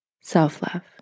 self-love